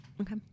Okay